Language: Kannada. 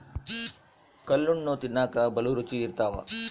ಕಲ್ಲಣ್ಣು ತಿನ್ನಕ ಬಲೂ ರುಚಿ ಇರ್ತವ